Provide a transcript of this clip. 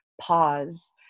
pause